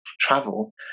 travel